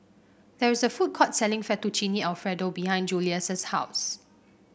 there is a food court selling Fettuccine Alfredo behind Julious' house